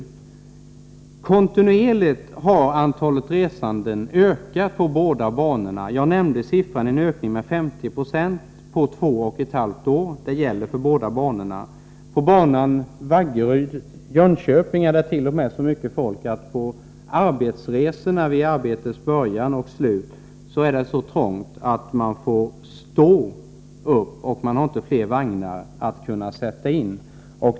Kontinuerligt har antalet resande ökat på båda banorna. Jag nämnde att ökningen var 50 90 på två och ett halvt år — det gäller för båda banorna. På banan Vaggeryd-Jönköping är det t.o.m. så trångt på resorna vid arbetets början och slut att resenärerna får stå, och man har inte fler vagnar att sätta in.